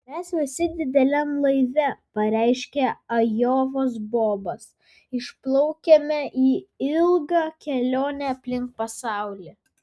mes visi dideliam laive pareiškė ajovos bobas išplaukiame į ilgą kelionę aplink pasaulį